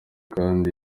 kandi